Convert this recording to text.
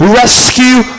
rescue